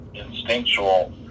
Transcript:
instinctual